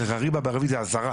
אלגריבה, אלגריבה בערבית זה הזרה,